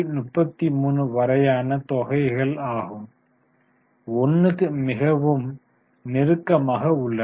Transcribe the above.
33 வரையான தொகைகள் 1 க்கு மிகவும் நெருக்கமாக உள்ளன